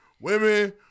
Women